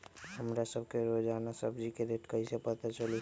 हमरा सब के रोजान सब्जी के रेट कईसे पता चली?